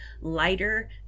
lighter